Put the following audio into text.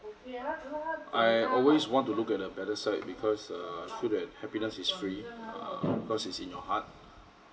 I always want to look at the better side because uh so that happiness is free err cause it's in your heart